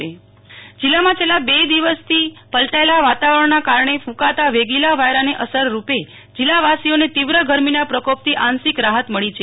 નેહલ ઠકકર હવામાન જિલ્લામાં છેલ્લા બે દિવસથી પલટાયેલા વાતાવરણના કારણે ફંકાતા વેગીલા વાયરાની અસર રૂપે જિલ્લાવાસીઓને તીવ્ર ગરમીના પ્રકોપથી આંશિક રાહત મળી છે